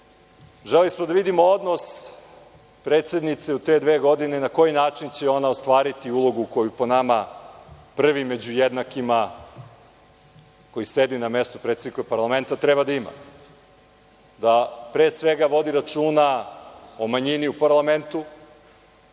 želeli da vidimo odnos predsednice u te dve godine na koji način će ona ostvariti ulogu koju po nama prvi među jednakima koji sedi na mestu predsednika parlamenta treba da ima. Da pre svega vodi računa o manjini u parlamentu,